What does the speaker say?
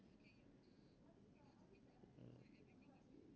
mm